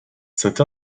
cette